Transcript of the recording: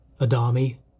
Adami